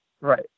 Right